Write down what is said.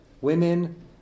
women